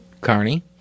Carney